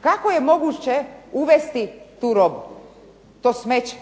Kako je moguće uvesti tu robu? To smeće.